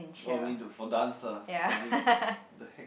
oh me do for dance lah clubbing the heck